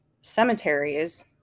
cemeteries